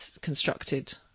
constructed